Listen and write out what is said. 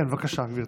כן, בבקשה, גברתי.